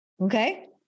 okay